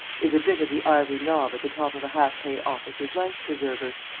is a bit of the ivory knob at the top of a half-pay officer's life-preserver.